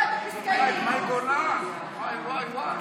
מאי גולן, וואי, וואי, וואי.